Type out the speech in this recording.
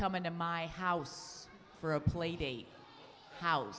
come into my house for a playdate how